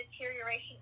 deterioration